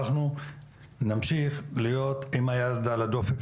אנחנו נמשיך להיות עם היד על הדופק,